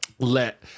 let